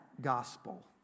gospel